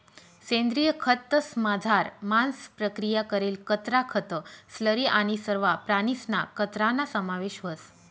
सेंद्रिय खतंसमझार मांस प्रक्रिया करेल कचरा, खतं, स्लरी आणि सरवा प्राणीसना कचराना समावेश व्हस